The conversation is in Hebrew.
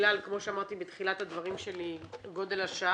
אני מאשרת בגלל כמו שאמרתי בתחילת הדברים שלי בגלל גודל השעה,